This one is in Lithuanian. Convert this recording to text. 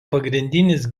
pagrindinis